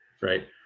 right